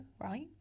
right